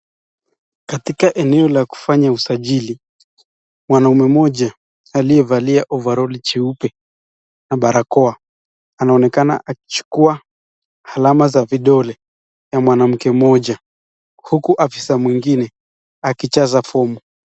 Katika eneo ya kufanya usajili, mwanaume mmoja aliyevalia [ovaroll] jeupe na barakoa anaonekana akichukua alama za vidole ya mwanamke mmoja, huku afisa mwingine akijaza fomu.